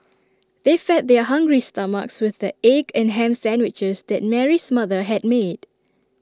they fed their hungry stomachs with the egg and Ham Sandwiches that Mary's mother had made